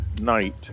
night